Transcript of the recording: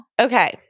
Okay